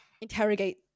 interrogate